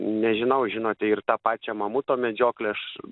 nežinau žinote ir tą pačią mamuto medžioklę aš